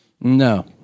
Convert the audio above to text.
No